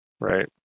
Right